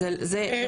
אז זה דבר אחד.